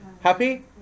Happy